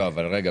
רגע,